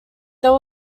there